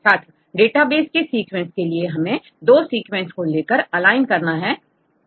छात्र डेटाबेस के सीक्वेंस के लिए हम दो सीक्वेंस को लेकर अलाइन करते हैं